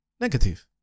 negative